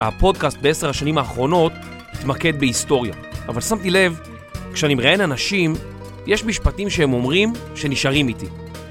הפודקאסט בעשר השנים האחרונות מתמקד בהיסטוריה. אבל שמתי לב, כשאני מראיין אנשים, יש משפטים שהם אומרים שנשארים איתי.